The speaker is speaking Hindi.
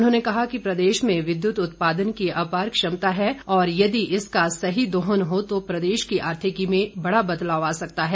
उन्होंने कहा कि प्रदेश में विद्युत उत्पादन की आपार क्षमता है और यदि इसका सही दोहन हो तो प्रदेश की आर्थिकी में बड़ा बदलाव आ सकता है